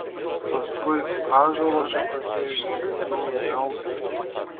paskui ąžuolo šakose išgirdau miaukiant